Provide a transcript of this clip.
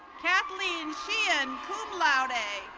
kathleen sheehan, cum laude.